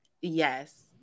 Yes